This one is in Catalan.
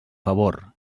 favor